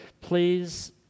please